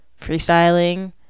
freestyling